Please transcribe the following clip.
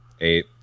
Eight